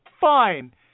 Fine